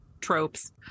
tropes